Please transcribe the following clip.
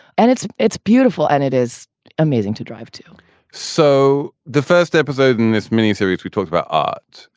and it's it's beautiful and it is amazing to drive, too so the first episode in this mini series we talked about art.